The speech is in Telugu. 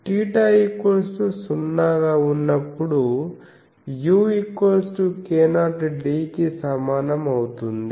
θ 0 గా ఉన్నప్పుడు u k0d కి సమానం అవుతుంది